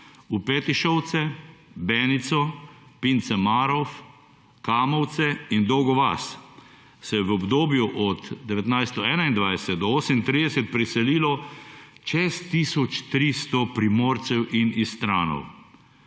v Petišovce, Benico, Pince Marof, Kamovce in Dolgo Vas se je v obdobju od 1921 do 38 priselilo čez 1300 Primorcev in Istranov.